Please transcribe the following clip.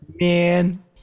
Man